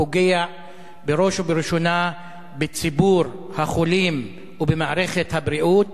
פוגע בראש ובראשונה בציבור החולים ובמערכת הבריאות.